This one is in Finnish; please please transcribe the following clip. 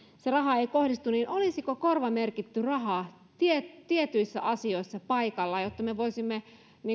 se raha ei kohdistu olisiko korvamerkitty raha tietyissä tietyissä asioissa paikallaan jotta me voisimme